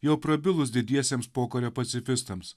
jau prabilus didiesiems pokario pacifistams